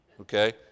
Okay